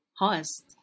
host